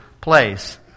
place